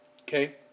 Okay